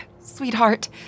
sweetheart